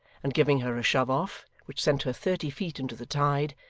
and giving her a shove off, which sent her thirty feet into the tide,